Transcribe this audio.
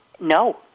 No